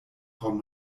frau